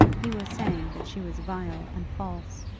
he was saying that she was vile and false.